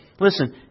Listen